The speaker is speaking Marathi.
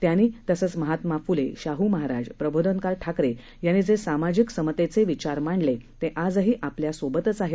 त्यांनी तसंच महात्मा फुले शाहू महाराज प्रबोधनकार ठाकरे यांनी जे सामाजिक समतेचे विचार मांडले ते आजही आपल्या सोबतच आहेत